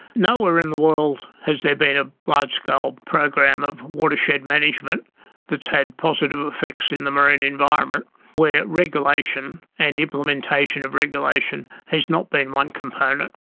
nowhere in the world has there been a large-scale program of watershed management that has had positive effects in the marine environment where regulation and implementation of regulation has not been one component.